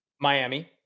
Miami